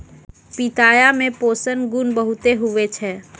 पिताया मे पोषण गुण बहुते हुवै छै